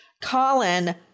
Colin